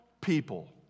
people